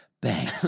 Bang